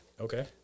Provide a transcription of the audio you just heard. Okay